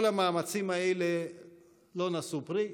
כל המאמצים האלה לא נשאו פרי.